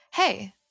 Hey